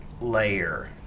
layer